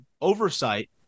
oversight